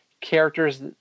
characters